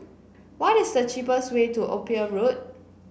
what is the cheapest way to Ophir Road